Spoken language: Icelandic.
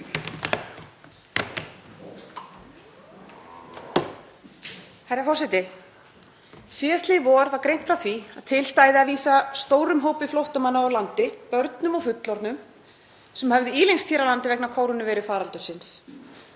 Herra forseti. Síðastliðið vor var greint frá því að til stæði að vísa stórum hópi flóttamanna úr landi, börnum og fullorðnum, sem höfðu ílengst hér á landi vegna kórónuveirufaraldursins.